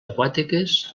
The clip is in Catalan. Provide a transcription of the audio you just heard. aquàtiques